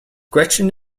gretchen